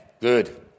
Good